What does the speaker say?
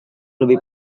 lebih